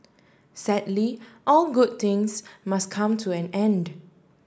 sadly all good things must come to an end